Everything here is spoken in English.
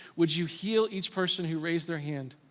would you heal each person who raised their hand?